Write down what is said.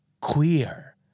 Queer